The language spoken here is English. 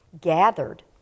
gathered